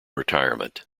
retirement